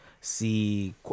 see